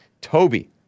Toby